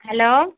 hello